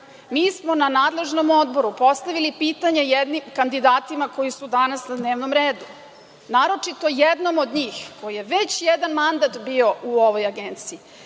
smo na nadležnom odboru postavili pitanje kandidatima koji su danas na dnevnom redu, naročito jednom od njih koji je već jedan mandat bio u ovoj agenciji.